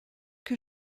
que